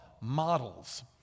models